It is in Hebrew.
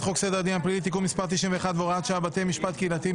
חוק סדר הדין הפלילי (תיקון מס' 91 והוראת שעה) (בתי משפט קהילתיים),